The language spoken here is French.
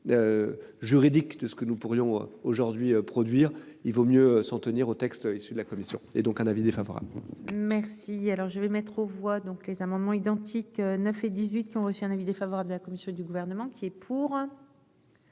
Juridique de ce que nous pourrions aujourd'hui produire il vaut mieux s'en tenir aux textes issus de la commission et donc un avis défavorable. Merci. Alors je vais mettre aux voix donc les amendements identiques ne fait 18 qui ont reçu un avis défavorable de la commission du gouvernement qui est. Pour.